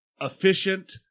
efficient